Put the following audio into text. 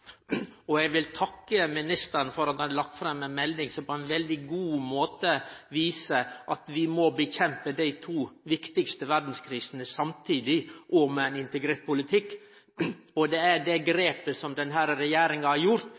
fattigdomskrisa. Eg vil takke ministeren for at han har lagt fram ei melding som på ein veldig god måte viser at vi må kjempe mot dei to viktigaste verdskrisene samtidig, og med ein integrert politikk. Det grepet som denne regjeringa har gjort,